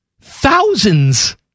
Thousands